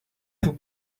two